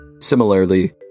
Similarly